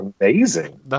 amazing